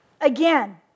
Again